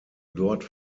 dort